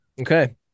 Okay